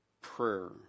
prayer